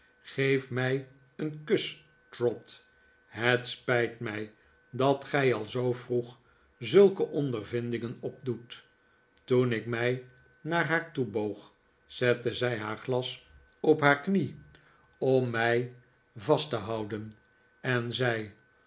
geef mij een kus trot het spijt mij dat gij al zoo vroeg zulke ondervindingen opdoet toen ik mij naar haar toe boog zette zij haar glas op haar knie om mij vast te houden en zei